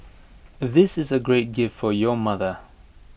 this is A great gift for your mother